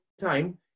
time